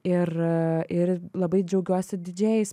ir ir labai džiaugiuosi didžėjais